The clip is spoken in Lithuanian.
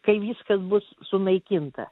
kai viskas bus sunaikinta